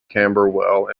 camberwell